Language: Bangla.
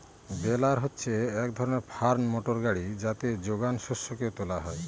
বেলার হচ্ছে এক ধরনের ফার্ম মোটর গাড়ি যাতে যোগান শস্যকে তোলা হয়